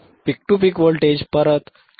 peak to peak voltage परत 4